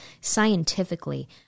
scientifically